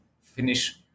finish